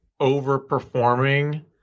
overperforming